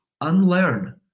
unlearn